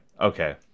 Okay